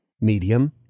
medium